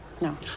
No